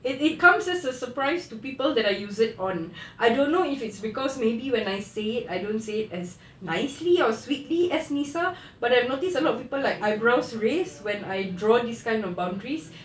it it comes as a surprise to people that I use it on I don't know if it's cause maybe when I say it I don't see it as nicely or sweetly as nisa but I've noticed a lot of people like eyebrows raised when I draw this kind of boundaries